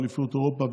באליפות אירופה,